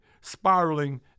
spiraling